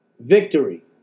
victory